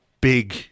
big